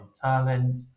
talent